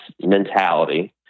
mentality